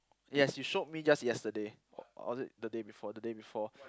yes you showed me just yesterday or was it the day before the day before